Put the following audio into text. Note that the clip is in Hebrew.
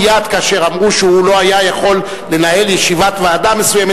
מייד כאשר אמרו שהוא לא היה יכול לנהל ישיבת ועדה מסוימת,